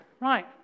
right